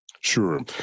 Sure